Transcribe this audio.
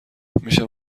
میشه